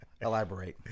Elaborate